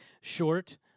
short